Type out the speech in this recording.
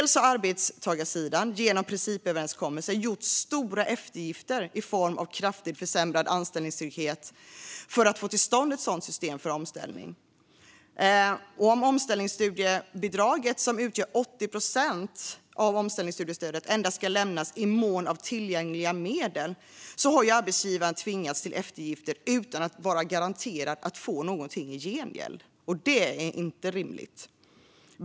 Arbetstagarsidan har också, genom principöverenskommelsen, gjort stora eftergifter i form av kraftigt försämrad anställningstrygghet för att få till stånd ett system för omställning. Om omställningsstudiebidraget, som utgör 80 procent av omställningsstudiestödet, endast ska lämnas i mån av tillgängliga medel har arbetstagarsidan tvingats till eftergifter utan att vara garanterad att få någonting i gengäld. Det är inte rimligt.